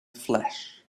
flash